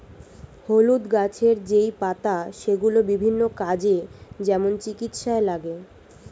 হলুদ গাছের যেই পাতা সেগুলো বিভিন্ন কাজে, যেমন চিকিৎসায় লাগে